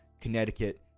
Connecticut